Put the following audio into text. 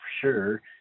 sure